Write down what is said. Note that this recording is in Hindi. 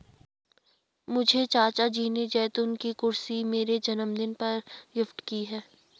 मुझे चाचा जी ने जैतून की कुर्सी मेरे जन्मदिन पर गिफ्ट की है